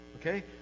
Okay